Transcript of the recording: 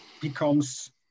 becomes